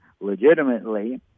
legitimately